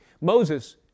Moses